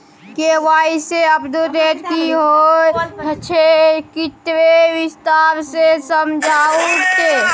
KYC update की होय छै किन्ने विस्तार से समझाऊ ते?